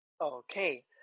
Okay